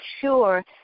sure